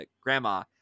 grandma